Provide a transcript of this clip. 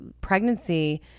pregnancy